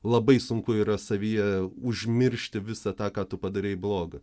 labai sunku yra savyje užmiršti visą tą ką tu padarei bloga